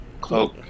cloak